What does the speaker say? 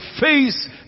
face